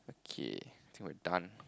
okay I think we're done